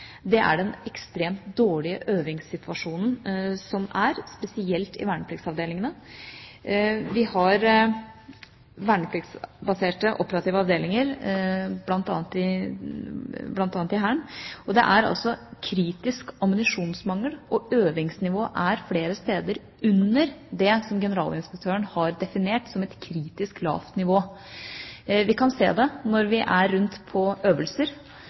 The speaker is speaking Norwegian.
er den ekstremt dårlige øvingssituasjonen man har, spesielt i vernepliktsavdelingene. Vi har vernepliktsbaserte operative avdelinger, bl.a. i Hæren. Det er altså kritisk ammunisjonsmangel, og øvingsnivået er flere steder under det som Generalinspektøren har definert som et kritisk lavt nivå. Vi kan se det når vi er rundt på øvelser,